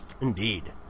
Indeed